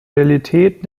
realität